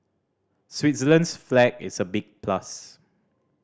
Switzerland's flag is a big plus